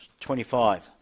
25